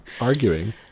arguing